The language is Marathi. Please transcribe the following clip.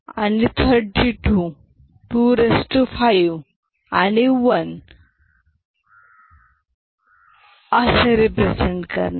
अणि 32 25 आणि 1 असे रेप्रेझन्ट करणार